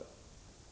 Det skulle vara värdefullt